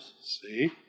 see